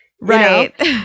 Right